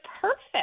perfect